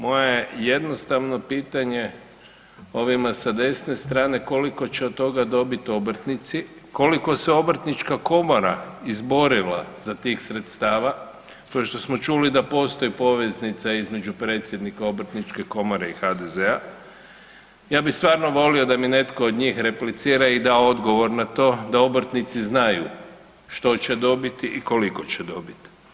Moja je jednostavno pitanje ovima sa desne strane, koliko će od toga dobiti obrtnici, koliko se Obrtnička komora izborila za tih sredstava, to je što smo čuli da postoji poveznica između predsjednika Obrtničke komore i HDZ-a, ja bi stvarno volio da mi netko od njih replicira i da odgovor na to da obrtnici znaju što će dobiti i koliko će dobiti.